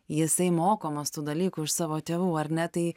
jisai mokomas tų dalykų iš savo tėvų ar ne tai